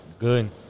good